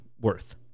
worth